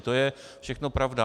To je všechno pravda.